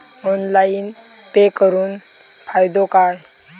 Online pay करुन फायदो काय?